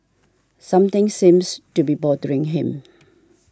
something seems to be bothering him